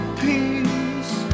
peace